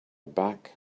back